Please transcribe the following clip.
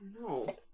No